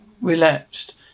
relapsed